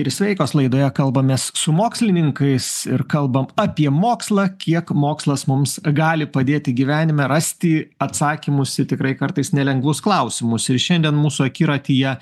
ir sveikos laidoje kalbamės su mokslininkais ir kalbam apie mokslą kiek mokslas mums gali padėti gyvenime rasti atsakymus į tikrai kartais nelengvus klausimus ir šiandien mūsų akiratyje